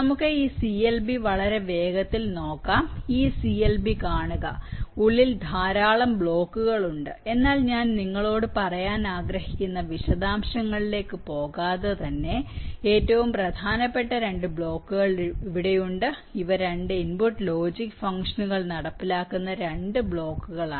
നമുക്ക് ഈ CLB വളരെ വേഗത്തിൽ നോക്കാം ഈ CLB കാണുക ഉള്ളിൽ ധാരാളം ബ്ലോക്കുകൾ ഉണ്ട് എന്നാൽ ഞാൻ നിങ്ങളോട് പറയാൻ ആഗ്രഹിക്കുന്ന വിശദാംശങ്ങളിലേക്ക് പോകാതെ തന്നെ ഏറ്റവും പ്രധാനപ്പെട്ട രണ്ട് ബ്ലോക്കുകൾ ഇവിടെയുണ്ട് ഇവ രണ്ട് ഇൻപുട്ട് ലോജിക് ഫംഗ്ഷനുകൾ നടപ്പിലാക്കുന്ന രണ്ട് ബ്ലോക്കുകളാണ്